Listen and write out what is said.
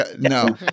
No